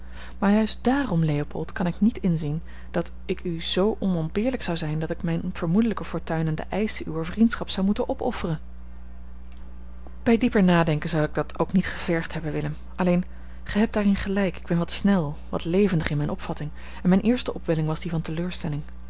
maar juist daarom leopold kan ik niet inzien dat ik u zoo onontbeerlijk zou zijn dat ik mijne vermoedelijke fortuin aan de eischen uwer vriendschap zou moeten opofferen bij dieper nadenken zou ik dat ook niet gevergd hebben willem alleen gij hebt daarin gelijk ik ben wat snel wat levendig in mijne opvatting en mijne eerste opwelling was die van teleurstelling